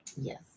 yes